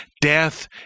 death